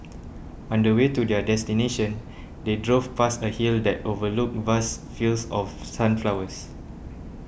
on the way to their destination they drove past a hill that overlooked vast fields of sunflowers